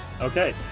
Okay